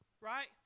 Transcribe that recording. right